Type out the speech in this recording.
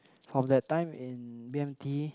from that time in b_m_t